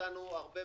עיוות.